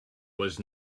was